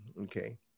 okay